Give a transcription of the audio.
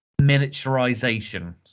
miniaturization